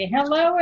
Hello